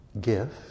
gift